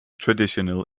traditional